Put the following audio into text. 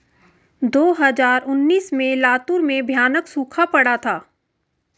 दो हज़ार उन्नीस में लातूर में भयानक सूखा पड़ा था